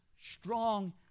strong